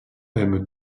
aime